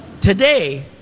today